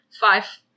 Five